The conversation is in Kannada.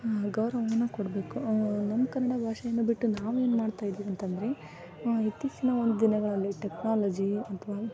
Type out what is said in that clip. ಗೌರವವನ್ನು ಕೊಡಬೇಕು ನಮ್ಮ ಕನ್ನಡ ಭಾಷೆಯನ್ನು ಬಿಟ್ಟು ನಾವೇನು ಮಾಡ್ತಾ ಇದ್ದೀವಿ ಅಂತಂದರೆ ಇತ್ತೀಚಿನ ಒಂದು ದಿನಗಳಲ್ಲಿ ಟೆಕ್ನಾಲಜಿ ಅಥವಾ